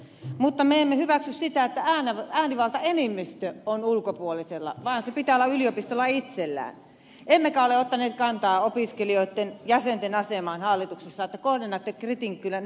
mutta me emme hyväksy sitä että äänivaltaenemmistö on ulkopuolisella vaan sen pitää olla yliopistolla itsellään emmekä ole ottaneet kantaa opiskelijajäsenten asemaan hallituksessa joten kohdennatte kritiikin kyllä nyt aivan väärin